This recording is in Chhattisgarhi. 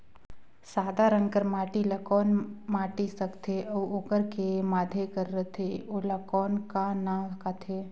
सादा रंग कर माटी ला कौन माटी सकथे अउ ओकर के माधे कर रथे ओला कौन का नाव काथे?